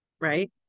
Right